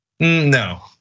No